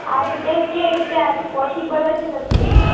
આજે બેન કે રીતે આજે પોસિબલ જ નથી